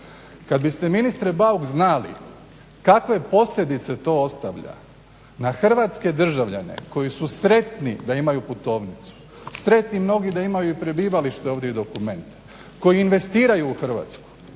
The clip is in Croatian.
Kad biste ministre Bauk znali kakve posljedice to ostavlja na hrvatske državljane koji su sretni da imaju putovnicu, sretni mnogi da imaju i prebivalište ovdje i dokumente, koji investiraju u Hrvatsku,